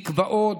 מקוואות,